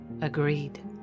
Agreed